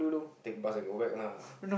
take bus and go back lah